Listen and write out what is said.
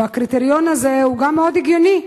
והקריטריון הזה הוא גם מאוד הגיוני.